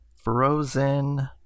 Frozen